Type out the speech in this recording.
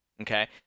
okay